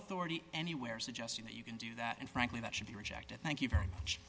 authority anywhere suggesting that you can do that and frankly that should be rejected thank you very much